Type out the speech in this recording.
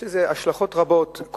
יש לזה השלכות רבות: